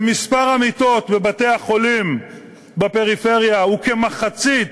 שמספר המיטות בבתי-החולים בפריפריה הוא כמחצית